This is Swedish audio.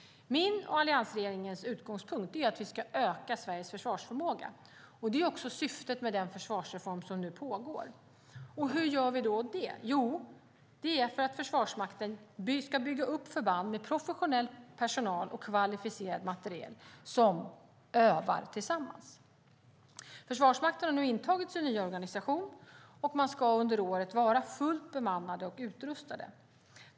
Min och alliansregeringens utgångspunkt är att vi ska öka Sveriges försvarsförmåga. Det är också syftet med den försvarsreform som nu pågår. Hur gör vi då det? Jo, Försvarsmakten ska bygga upp förband med professionell personal och kvalificerad materiel som övar tillsammans. Försvarsmakten har nu intagit sin nya organisation, och man ska under året vara fullt bemannad och utrustad.